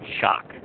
shock